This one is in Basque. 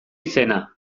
izena